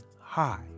high